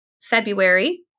February